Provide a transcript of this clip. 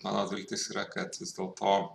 mano viltis yra kad vis dėlto